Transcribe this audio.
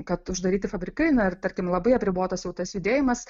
kad uždaryti fabrikai na ir tarkim abai apribotas jau tas judėjimas